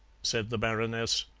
said the baroness.